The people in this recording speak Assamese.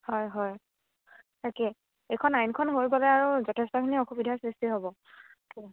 হয় হয় তাকে এইখন আইনখন হৈ গ'লে আৰু যথেষ্টখিনি অসুবিধা সৃষ্টি হ'ব